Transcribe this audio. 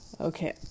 Okay